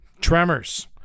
Tremors